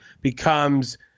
becomes